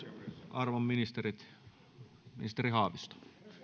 arvon ministerit